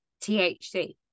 THC